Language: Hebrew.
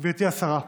גברתי השרה,